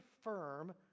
firm